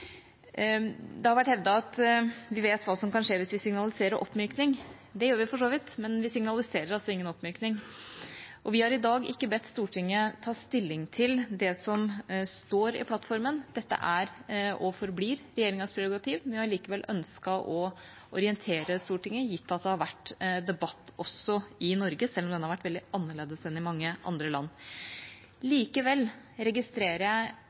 Det har vært hevdet at vi vet hva som kan skje hvis vi signaliserer oppmykning. Det gjør vi for så vidt, men vi signaliserer altså ingen oppmykning. Vi har i dag ikke bedt Stortinget ta stilling til det som står i plattformen. Dette er og forblir regjeringas prerogativ, men vi har allikevel ønsket å orientere Stortinget, gitt at det har vært debatt også i Norge, selv om den har vært veldig annerledes enn i mange andre land. Likevel registrerer jeg